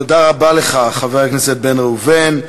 תודה רבה לך, חבר הכנסת בן ראובן.